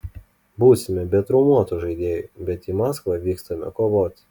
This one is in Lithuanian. būsime be traumuotų žaidėjų bet į maskvą vykstame kovoti